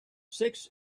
six